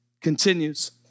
continues